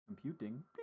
Computing